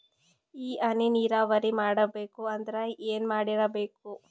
ಈ ಹನಿ ನೀರಾವರಿ ಮಾಡಬೇಕು ಅಂದ್ರ ಏನ್ ಮಾಡಿರಬೇಕು?